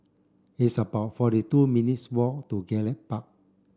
it's about forty two minutes' walk to Gallop Park